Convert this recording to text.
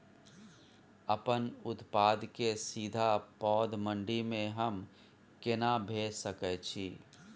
अपन उत्पाद के सीधा पैघ मंडी में हम केना भेज सकै छी?